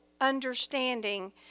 understanding